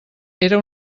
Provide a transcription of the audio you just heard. era